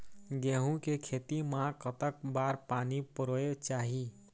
गेहूं के खेती मा कतक बार पानी परोए चाही?